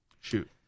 Shoot